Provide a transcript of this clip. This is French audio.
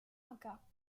incas